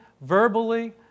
verbally